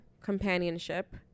Companionship